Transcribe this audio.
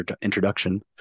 introduction